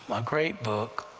a great book.